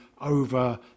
over